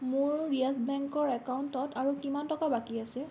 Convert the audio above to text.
মোৰ য়েছ বেংকৰ একাউণ্টত আৰু কিমান টকা বাকী আছে